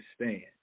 understand